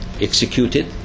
executed